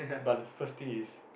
but the first thing is